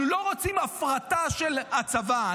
אנחנו לא רוצים הפרטה של הצבא.